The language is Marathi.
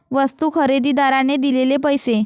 वस्तू खरेदीदाराने दिलेले पैसे